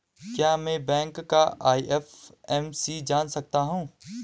क्या मैं बैंक का आई.एफ.एम.सी जान सकता हूँ?